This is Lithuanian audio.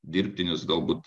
dirbtinis galbūt